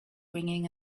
ringing